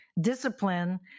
discipline